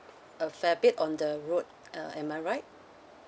a fair bit on the road uh am I right